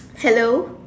hello